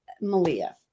Malia